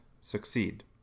succeed